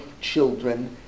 children